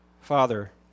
Father